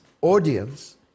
audience